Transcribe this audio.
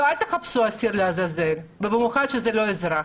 אל תחפשו שעיר לעזאזל, ובמיוחד לא האזרחים.